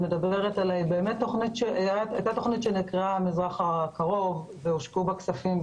מדברת עליה נקראה "המזרח הקרוב" והושקעו בה כספים.